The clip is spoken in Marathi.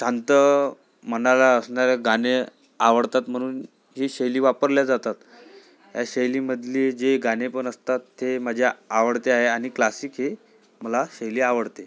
शांत मनाला असणारे गाणे आवडतात म्हणून ही शैली वापरल्या जातात या शैलीमधले जे गाणे पण असतात ते माझ्या आवडते आहे आणि क्लासिक हे मला शैली आवडते